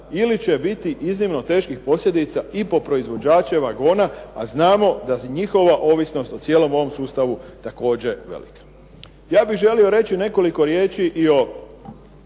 ili će biti iznimno teških posljedica i po proizvođače vagona, a znamo da njihova ovisnost o cijelom ovom sustavu također velika. Ja bih želio reći nekoliko riječi i o